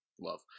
Love